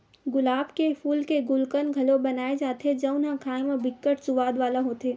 गुलाब के फूल के गुलकंद घलो बनाए जाथे जउन ह खाए म बिकट सुवाद वाला होथे